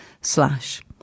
slash